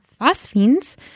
Phosphines